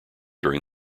during